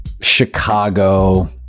Chicago